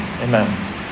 Amen